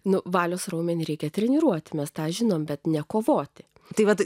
nuvalius raumenį reikia treniruoti mes tą žinome bet nekovoti tai vat